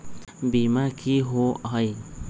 बीमा की होअ हई?